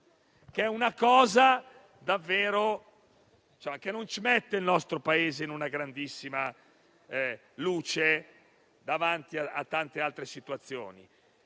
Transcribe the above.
è una cosa che davvero non mette il nostro Paese in grandissima luce davanti a tante altre situazioni.